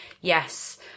yes